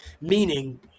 meaning